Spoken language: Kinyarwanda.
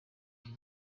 muri